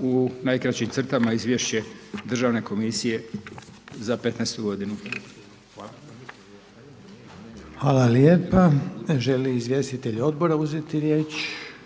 u najkraćim crtama izvješća Državne komisije za 2015. godinu. Hvala. **Reiner, Željko (HDZ)** Hvala lijepa. Žele li izvjestitelji odbora uzeti riječ?